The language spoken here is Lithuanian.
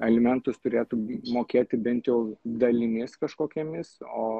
alimentus turėtų mokėti bent jau dalimis kažkokiomis o